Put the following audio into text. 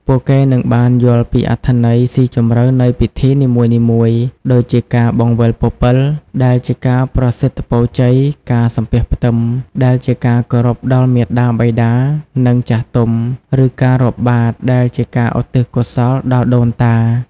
ពួកគេនឹងបាន យល់ពីអត្ថន័យស៊ីជម្រៅនៃពិធីនីមួយៗ ដូចជាការ បង្វិលពពិល ដែលជាការប្រសិទ្ធពរជ័យ ការ សំពះផ្ទឹម ដែលជាការគោរពដល់មាតាបិតា និងចាស់ទុំ ឬការ រាប់បាត្រ ដែលជាការឧទ្ទិសកុសលដល់ដូនតា។